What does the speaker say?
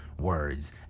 words